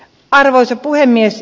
arvoisa puhemies